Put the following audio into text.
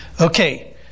Okay